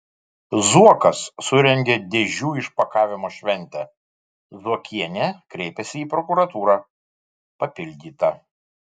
zuokas surengė dėžių išpakavimo šventę zuokienė kreipėsi į prokuratūrą papildyta